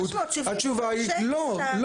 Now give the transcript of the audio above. התשובה היא לא.